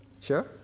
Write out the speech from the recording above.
Sure